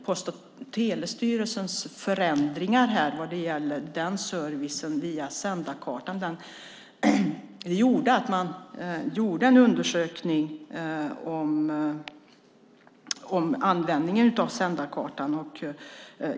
Post och telestyrelsens förändringar vad gäller servicen via Sändarkartan ledde till att man gjorde en undersökning om användningen av Sändarkartan.